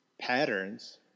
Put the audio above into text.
patterns –